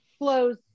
flows